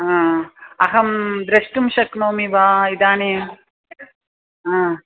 ह अहं दृष्टुं शक्नोमि वा इदानीं ह